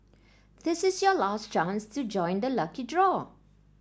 this is your last chance to join the lucky draw